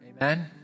Amen